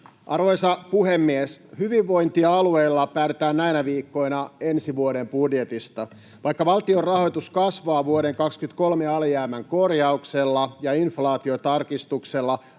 Arvoisa puhemies! Hyvinvointialueilla päätetään näinä viikkoina ensi vuoden budjetista. Vaikka valtion rahoitus kasvaa vuoden 23 alijäämän korjauksella ja inflaatiotarkistuksella,